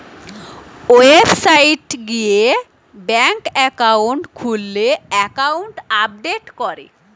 website গিয়ে bank account খুললে account update করে